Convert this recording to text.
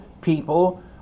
people